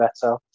better